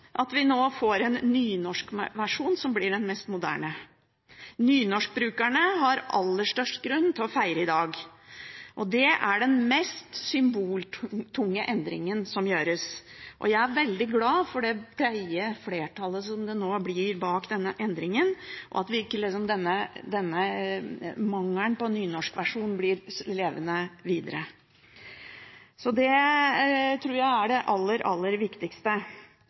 at vi nå får en nynorskversjon som blir den mest moderne versjonen. Nynorskbrukerne har aller størst grunn til å feire i dag. Dette er den mest symboltunge endringen som gjøres, og jeg er veldig glad for det brede flertallet som det nå blir bak denne endringen, og at ikke denne mangelen på nynorskversjon vil leve videre. Så dette tror jeg er det aller, aller viktigste.